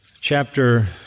chapter